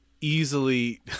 easily